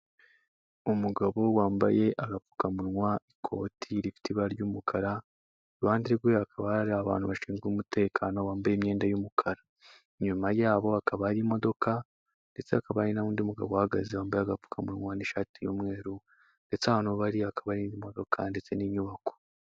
Umugabo wambaye agapfukamunwa ikoti rifite ibara ry'umukara, iruhande rwe hakaba hari abantu bashinzwe umutekano bambaye imyenda y'umukara, inyuma yabo hakaba hari imodoka ndetse hakaba hari n'undi mugabo uhagaze wambaye agapfukamunwa n'ishati y'umweru ndetse ahantu bari hakaba hari imodoka ndetse n'inyubako.